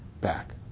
back